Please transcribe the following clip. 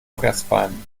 fressfeinden